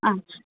ആ